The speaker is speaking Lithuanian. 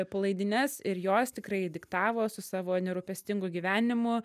palaidines ir jos tikrai diktavo su savo nerūpestingu gyvenimu